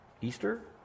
Easter